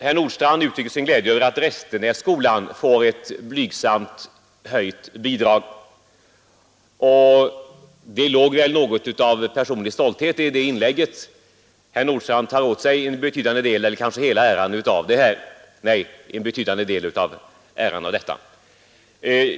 Herr Nordstrandh uttryckte sin glädje över att Restenässkolan nu får ett med ett blygsamt belopp höjt bidrag, och det låg väl något av personlig stolthet i herr Nordstrandhs inlägg i det stycket. Herr Nordstrandh tar åt sig en betydande del av äran därav.